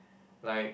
like